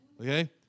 okay